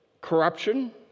corruption